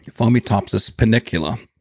fomitopsis pinicola.